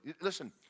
Listen